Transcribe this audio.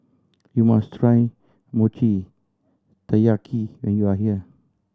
you must try Mochi Taiyaki when you are here